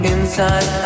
Inside